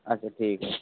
আচ্ছা ঠিক আছে